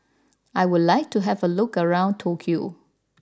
I would like to have a look around Tokyo